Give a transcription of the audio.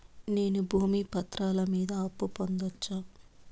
నేను భూమి పత్రాల మీద అప్పు పొందొచ్చా?